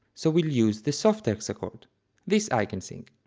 so we'll use the soft hexachord this i can sing.